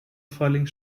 falling